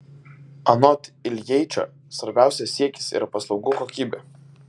anot iljeičio svarbiausias siekis yra paslaugų kokybė